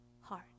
heart